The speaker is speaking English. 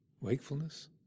wakefulness